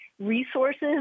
resources